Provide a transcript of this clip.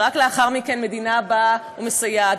ורק לאחר מכן המדינה באה ומסייעת.